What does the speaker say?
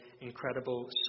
incredible